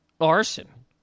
arson